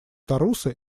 тарусы